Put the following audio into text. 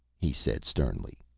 he said, sternly.